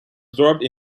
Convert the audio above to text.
absorbed